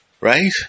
Right